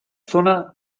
zona